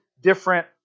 different